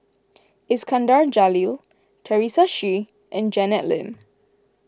Iskandar Jalil Teresa Hsu and Janet Lim